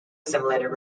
assimilated